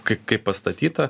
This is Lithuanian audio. kaip kaip pastatyta